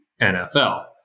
NFL